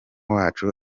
wacu